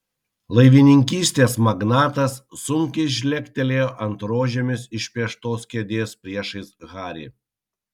laivininkystės magnatas sunkiai žlegtelėjo ant rožėmis išpieštos kėdės priešais harį